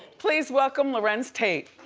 please welcome larenz tate.